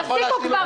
תפסיקו כבר.